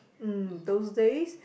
mm those days